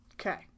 Okay